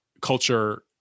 culture